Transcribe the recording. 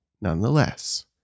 nonetheless